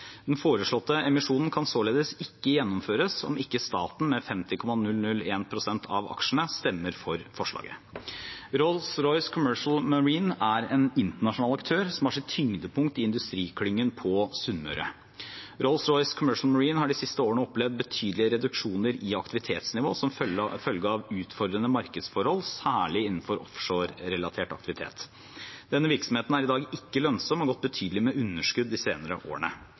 Den foreslåtte emisjonen kan således ikke gjennomføres om ikke staten, med 50,001 pst. av aksjene, stemmer for forslaget. Rolls-Royce Commercial Marine er en internasjonal aktør som har sitt tyngdepunkt i industriklyngen på Sunnmøre. Rolls-Royce Commercial Marine har de siste årene opplevd betydelige reduksjoner i aktivitetsnivå som følge av utfordrende markedsforhold, særlig innenfor offshorerelatert aktivitet. Denne virksomheten er i dag ikke lønnsom og har gått med betydelig underskudd de senere årene.